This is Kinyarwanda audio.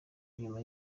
inyuma